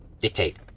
dictate